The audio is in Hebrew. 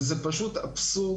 זה פשוט אבסורד,